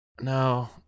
No